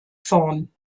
vorn